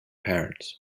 parents